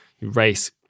race